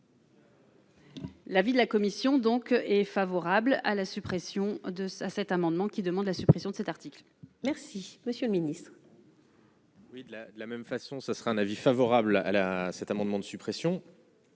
L'avis de la commission donc est favorable à la suppression de sa cet amendement qui demande la suppression de cet article, merci Monsieur le Ministre. La de la même façon, ce sera un avis favorable à la cet amendement de suppression.